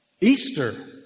Easter